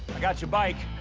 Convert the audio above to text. i got your bike.